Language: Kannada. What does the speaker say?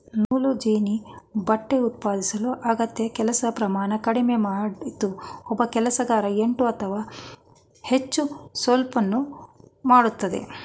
ನೂಲುವಜೆನ್ನಿ ಬಟ್ಟೆ ಉತ್ಪಾದಿಸಲು ಅಗತ್ಯ ಕೆಲಸ ಪ್ರಮಾಣ ಕಡಿಮೆ ಮಾಡಿತು ಒಬ್ಬ ಕೆಲಸಗಾರ ಎಂಟು ಅಥವಾ ಹೆಚ್ಚಿನ ಸ್ಪೂಲನ್ನು ಮಾಡ್ತದೆ